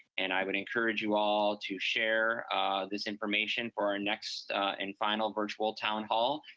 and i would encourage you all to share this information for our next and final virtual town hall.